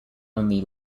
only